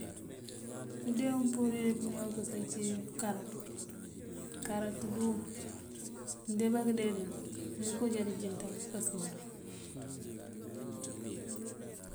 Indee umpurirëwi kañaw këënkës ací karot, karot dëwum mëëndeemba këëndembël ndoonkoondoo ndëënjënţan këënkës mak.